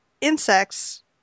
insects